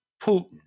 Putin